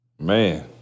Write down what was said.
Man